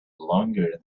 longer